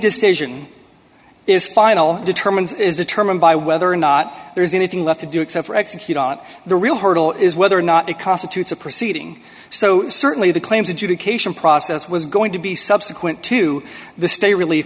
decision is final determines is determined by whether or not there's anything left to do except for execute out the real hurdle is whether or not it cost to the proceeding so certainly the claims adjudication process was going to be subsequent to the stay relief